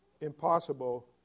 impossible